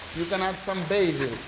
you can add some basil,